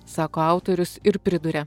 sako autorius ir priduria